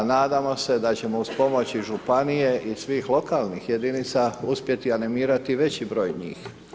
Nadamo se da ćemo uz pomoć i županije i svih lokalnih jedinica uspjeti animirati i veći broj njih.